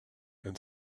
and